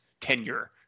tenure